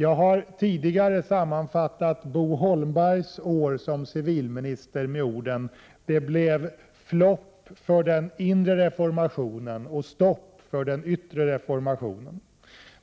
Jag har tidigare sammanfattat Bo Holmbergs år som civilminister med orden ”det blev flopp för den inre reformationen och stopp för den yttre reformationen”.